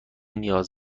نیاز